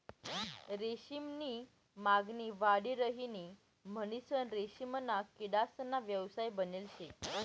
रेशीम नी मागणी वाढी राहिनी म्हणीसन रेशीमना किडासना व्यवसाय बनेल शे